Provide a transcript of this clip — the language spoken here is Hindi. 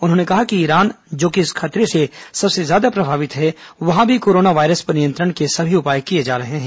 उन्होंने कहा कि ईरान जो कि इस खतरे से सबसे ज्यादा प्रभावित है वहां भी कोरोना वायरस पर नियंत्रण के सभी उपाय किए जा रहे हैं